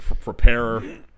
prepare